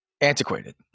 antiquated